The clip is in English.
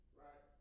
right